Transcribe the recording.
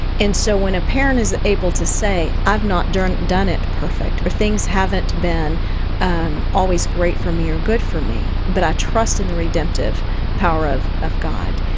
and so when a parent is able to say, i've not done done it perfect, or things haven't been always great for me or good for me, but i trust in the redemptive power of of god.